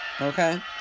Okay